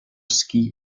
ski